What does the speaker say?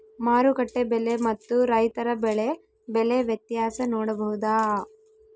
ಮಾರುಕಟ್ಟೆ ಬೆಲೆ ಮತ್ತು ರೈತರ ಬೆಳೆ ಬೆಲೆ ವ್ಯತ್ಯಾಸ ನೋಡಬಹುದಾ?